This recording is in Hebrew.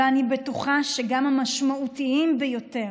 ואני בטוחה שגם המשמעותיים ביותר,